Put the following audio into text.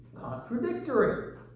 contradictory